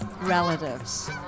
relatives